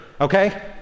okay